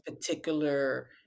particular